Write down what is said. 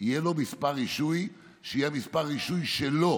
יהיה לו מספר רישוי שיהיה מספר רישוי שלו.